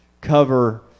cover